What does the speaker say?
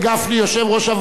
יושב-ראש הוועדה,